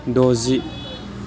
दजि